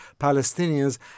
Palestinians